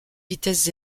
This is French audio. vitesses